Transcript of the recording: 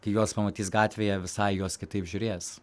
kai juos pamatys gatvėje visai į juos kitaip žiūrės